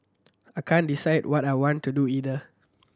I can't decide what I want to do either